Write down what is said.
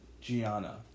Gianna